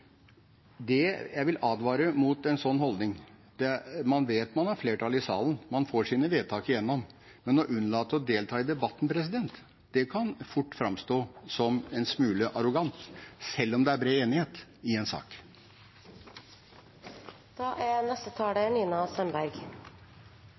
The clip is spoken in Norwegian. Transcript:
Jeg vil advare mot en slik holdning. Man vet man har flertall i salen, man får sine vedtak igjennom, men å unnlate å delta i debatten kan fort framstå som en smule arrogant, selv om det er bred enighet i en sak. Ny statistikklov er